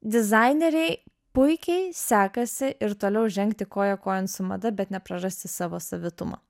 dizainerei puikiai sekasi ir toliau žengti koja kojon su mada bet neprarasti savo savitumo